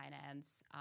finance